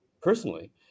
Personally